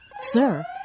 Sir